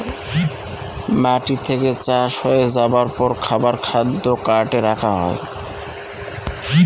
মাটি থেকে চাষ হয়ে যাবার পর খাবার খাদ্য কার্টে রাখা হয়